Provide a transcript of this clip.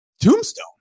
Tombstone